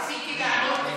רציתי לענות,